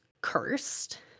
cursed